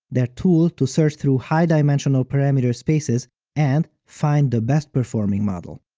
their tool to search through high-dimensional parameter spaces and find the best performing model.